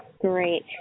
Great